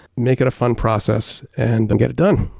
make it a fun process and and get it done.